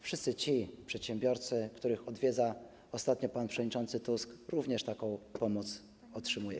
Wszyscy ci przedsiębiorcy, których odwiedza ostatnio pan przewodniczący Tusk, również taką pomoc otrzymują.